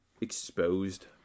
exposed